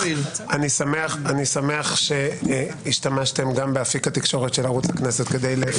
אני שמח שהשתמשתם גם באפיק התקשורת של ערוץ הכנסת כדי לפרסם את ההפגנה.